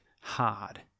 hard